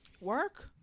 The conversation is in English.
work